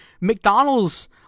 McDonald's